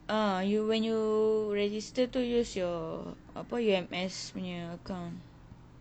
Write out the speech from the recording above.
ah you when you register to use your apa E_M_S punya account